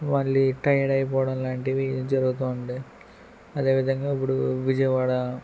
మళ్ళి టైర్డ్ అయిపోవడం లాంటివి జరుగుతుంటాయి అదేవిధంగా ఇప్పుడు విజయవాడ